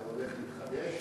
זה הולך להתחדש?